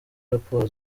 raporo